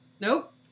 nope